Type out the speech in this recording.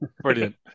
Brilliant